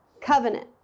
covenant